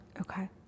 Okay